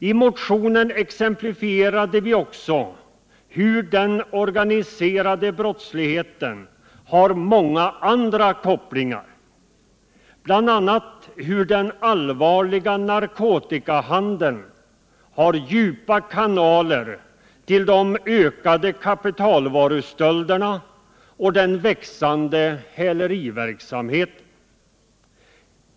I motionen exemplifierade vi också att den organiserade brottsligheten har många andra kopplingar, bl.a. att den allvarliga narkotikahandeln har djupa kanaler till de ökade kapitalvarustölderna och den växande häleriverksamheten.